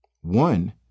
One